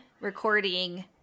recording